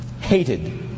hated